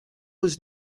was